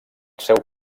seu